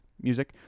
music